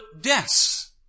deaths